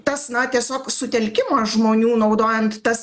tas na tiesiog sutelkimas žmonių naudojant tas